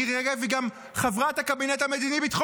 מירי רגב היא גם חברת הקבינט המדיני-ביטחוני.